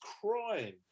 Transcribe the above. crying